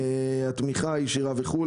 התמיכה הישירה ועוד.